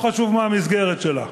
לא חשוב מה המסגרת שלה,